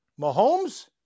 Mahomes